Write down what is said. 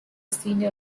senior